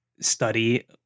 study